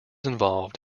involved